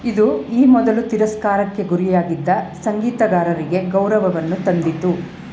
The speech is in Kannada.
ಇದು ಈ ಮೊದಲು ತಿರಸ್ಕಾರಕ್ಕೆ ಗುರಿಯಾಗಿದ್ದ ಸಂಗೀತಗಾರರಿಗೆ ಗೌರವವನ್ನು ತಂದಿತು